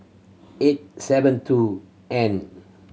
eight seven two N